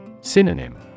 Synonym